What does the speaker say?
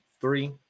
three